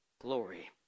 glory